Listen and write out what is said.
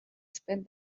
spend